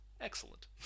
excellent